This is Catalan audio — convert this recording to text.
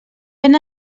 ben